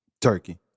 Turkey